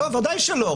לא, ודאי שלא.